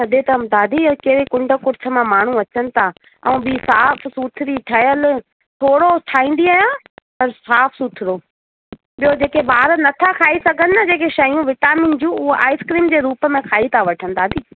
सॾे तम दादी हे कहिड़े कुंड कुर्छ मां माण्हू अचनि था ऐं ॿी साफ़ु सुथरी ठहियलु थोरो ठाहींदी आहियां और साफ़ु सुथरो जो जेके ॿार नथा खाई सघनि न जेके शयूं विटामिन जूं उहे आइस्क्रीम जे रूप में खाई था वठनि दादी